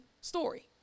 story